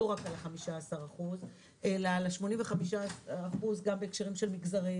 לא רק על ה-15% אלא על 85% גם בהקשרים של מגזרים,